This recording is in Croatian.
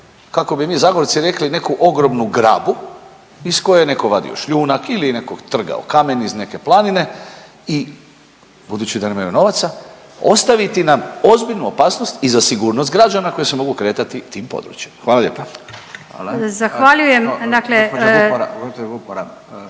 kako bi mi Zagorci rekli neku ogromnu grabu iz koje je netko vadio šljunak ili je netko trgao kamen iz neke planine budući da nemaju novaca i ostaviti nam ozbiljnu opasnost i za sigurnost građana koji se mogu kretati tim područjima. Hvala lijepa. **Radin,